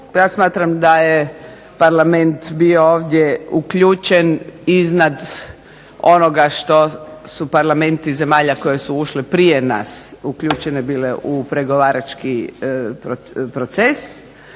Ja smatram da je Parlament bio ovdje uključen iznad onoga što su parlamenti zemalja koje su ušle prije nas uključene bile u pregovarački proces,